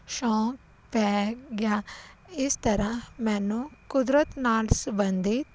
ਸ਼ੌਂਕ ਪੈ ਗਿਆ ਇਸ ਤਰ੍ਹਾਂ ਮੈਨੂੰ ਕੁਦਰਤ ਨਾਲ ਸੰਬੰਧਿਤ